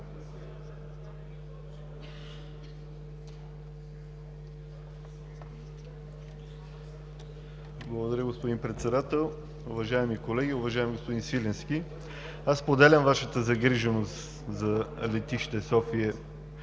Благодаря, господин Председател. Уважаеми колеги! Уважаеми господин Свиленски, споделям Вашата загриженост за Летище София,